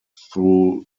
through